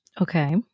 Okay